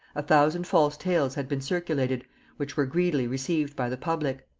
a thousand false tales had been circulated which were greedily received by the public.